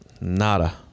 Nada